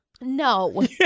No